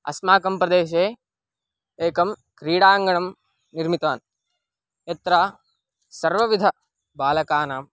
अस्माकं प्रदेशे एकं क्रीडाङ्गणं निर्मितवान् यत्र सर्वविधबालकानां